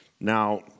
Now